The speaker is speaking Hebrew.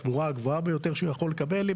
התמורה הגבוהה ביותר שהוא יכול לקבל,